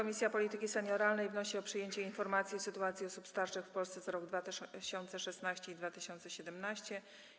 Komisja Polityki Senioralnej wnosi o przyjęcie informacji o sytuacji osób starszych w Polsce za rok 2016 i 2017.